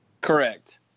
Correct